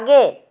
आगे